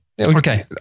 Okay